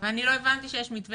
ולא הבנתי שיש מתווה